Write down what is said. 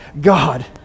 God